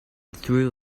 threw